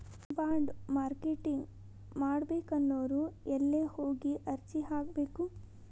Bond marketing ಮಾಡ್ಬೇಕನ್ನೊವ್ರು ಯೆಲ್ಲೆ ಹೊಗಿ ಅರ್ಜಿ ಹಾಕ್ಬೆಕು?